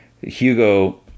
Hugo